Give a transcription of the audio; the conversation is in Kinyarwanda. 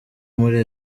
muri